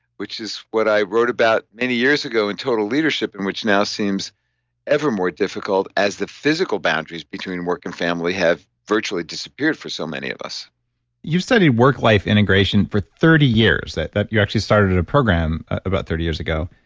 which is what i wrote about many years ago in total leadership in which now seems evermore difficult as the physical boundaries between work and family have virtually disappeared for so many of us you've studied work life integration for thirty years, you actually started a program about thirty years ago.